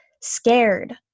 scared